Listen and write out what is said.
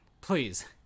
please